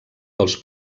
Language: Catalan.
dels